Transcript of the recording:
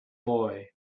boy